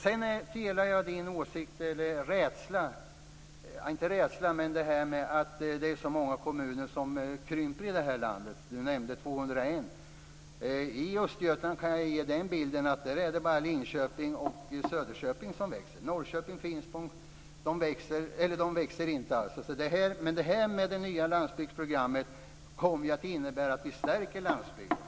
Sedan delar jag Eskil Erlandssons åsikt om och rädsla - eller kanske inte precis rädsla - för att det är så många kommuner som krymper i det här landet. Han nämnde 201. I Östergötland kan jag ge bilden att det bara är Linköping och Söderköping som växer. Norrköping och Finspång växer inte alls. Men det nya landsbygdsprogrammet kommer ju att innebära att vi stärker landsbygden.